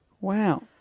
Wow